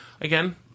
again